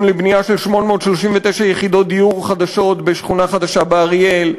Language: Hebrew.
לבנייה של 839 יחידות דיור חדשות בשכונה חדשה באריאל,